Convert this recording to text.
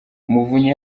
umuvunyi